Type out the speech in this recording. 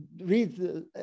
read